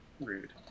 rude